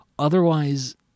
Otherwise